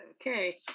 Okay